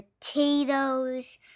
potatoes